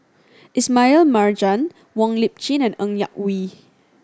Ismail Marjan Wong Lip Chin and Ng Yak Whee